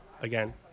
again